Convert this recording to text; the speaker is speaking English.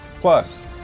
Plus